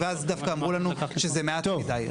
אז דווקא אמרו לנו שזה מעט מדי.